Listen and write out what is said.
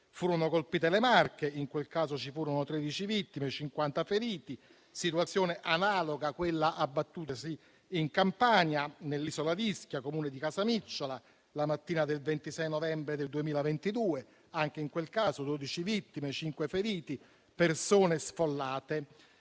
furono colpite le Marche. In quel caso ci furono 13 vittime e 50 feriti. Situazione analoga è quella abbattutasi in Campania nell'isola d'Ischia, Comune di Casamicciola, la mattina del 26 novembre del 2022. Anche in quel caso ci furono 12 vittime, 5 feriti e persone sfollate.